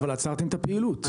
אבל עצרתם את הפעילות.